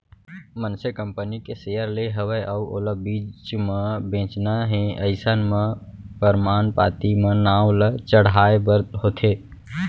मनसे कंपनी के सेयर ले हवय अउ ओला बीच म बेंचना हे अइसन म परमान पाती म नांव ल चढ़हाय बर होथे